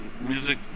music